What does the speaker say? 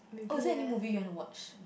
oh is there any movies you want to watch